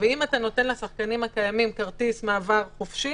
אם אתה נותן לשחקנים הקיימים כרטיס מעבר חופשי